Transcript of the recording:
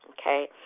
Okay